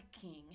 King